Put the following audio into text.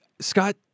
Scott